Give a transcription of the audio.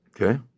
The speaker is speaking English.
Okay